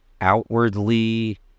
outwardly